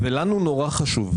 ולנו נורא חשוב.